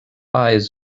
eyes